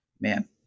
Man